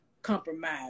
compromise